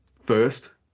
first